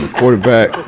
quarterback